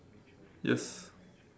yes